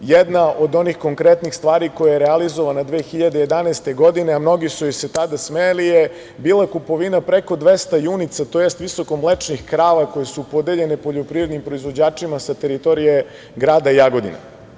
Jedna od onih konkretnih stvari koja je realizovana 2011. godine, a mnogi su joj se tada smejali, bila je kupovina preko 200 junica, tj. visokomlečnih krava koje su podeljene poljoprivrednim proizvođačima sa teritorije grada Jagodine.